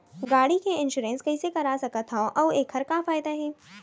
गाड़ी के इन्श्योरेन्स कइसे करा सकत हवं अऊ एखर का फायदा हे?